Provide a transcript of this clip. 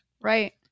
Right